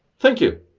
thank you.